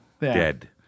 Dead